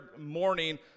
morning